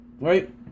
Right